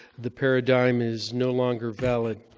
the paradigm is no longer valid.